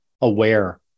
aware